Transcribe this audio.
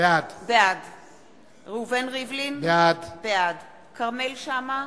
בעד ראובן ריבלין, בעד כרמל שאמה,